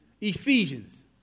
Ephesians